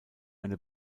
eine